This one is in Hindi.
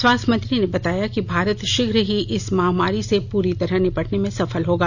स्वास्थ्य मंत्री ने बताया कि भारत शीघ्र ही इस महामारी से पूरी तरह निपटने में सफल होगा